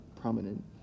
prominent